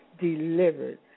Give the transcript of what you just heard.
delivered